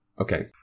Okay